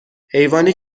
حیوانی